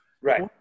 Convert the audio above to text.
Right